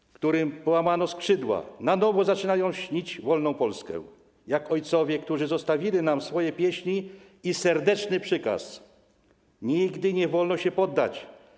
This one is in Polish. I ci, którym połamano skrzydła, na nowo zaczynają śnić wolną Polskę, jak ojcowie, którzy zostawili nam swoje pieśni i serdeczny przykaz: nigdy nie wolno się poddać.